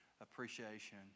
appreciation